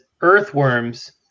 earthworms